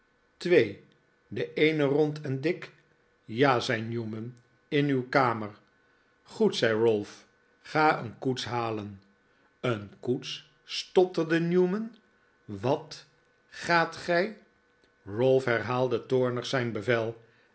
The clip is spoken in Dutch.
twee de eene rond en dik ja zei newman in uw kamer goed zei ralph ga een koets halen een koets stotterde newman wat gaat gij ralph herhaalde toornig zijn bevel